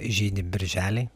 žydi birželį